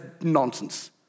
nonsense